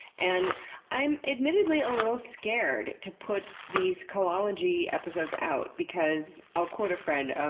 and i'm admittedly a little scared to put these kalology episodes out because, i'll quote a friend, um